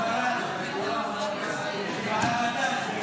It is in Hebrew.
לא נתקבלה.